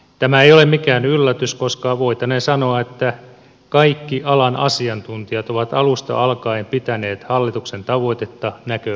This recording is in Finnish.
tämä ei ole mikään yllätys koska voitaneen sanoa että kaikki alan asiantuntijat ovat alusta alkaen pitäneet hallituksen tavoitetta näköalattomana